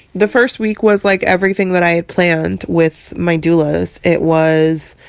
the first week was like everything that i had planned with my doulas. it was